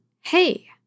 Hey